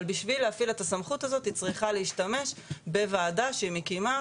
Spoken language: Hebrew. אבל בשביל להפעיל את הסמכות הזאת היא צריכה להשתמש בוועדה שהיא מקימה,